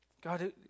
God